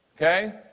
Okay